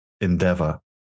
endeavor